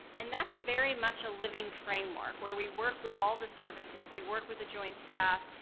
and that's very much a living framework, where we work with all the services. we work with the joint staff,